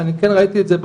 שאני כן ראיתי את זה,